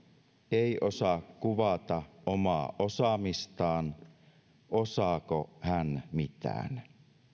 ei osaa kuvata omaa osaamistaan osaako hän mitään